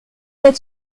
êtes